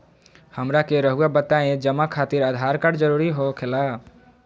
हमरा के रहुआ बताएं जमा खातिर आधार कार्ड जरूरी हो खेला?